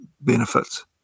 benefits